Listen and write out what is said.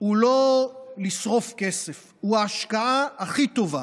הוא לא כדי לשרוף כסף, הוא ההשקעה הכי טובה,